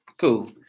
cool